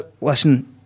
Listen